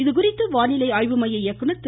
இதுகுறித்து வானிலை ஆய்வு மைய இயக்குனர் திரு